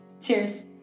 Cheers